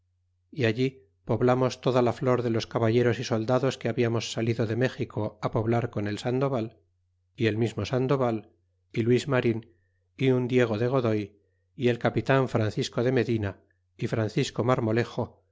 y allí poblamos toda la flor de los caballeros y soldados que habíamos salido de méxico á poblar con el sandoval y el mismo sandoval y luis marin y un diego de godoy y el capitan francisco de medina y francisco marmolejo